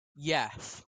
yes